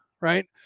right